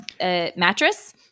mattress